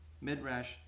midrash